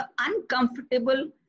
uncomfortable